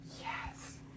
Yes